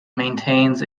maintains